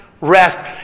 rest